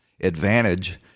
advantage